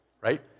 right